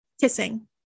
kissing